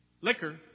liquor